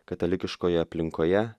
katalikiškoje aplinkoje